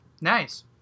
nice